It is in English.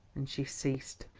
and she ceased.